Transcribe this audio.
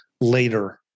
later